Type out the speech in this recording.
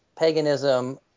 Paganism